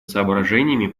соображениями